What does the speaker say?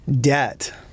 debt